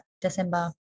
december